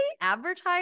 advertise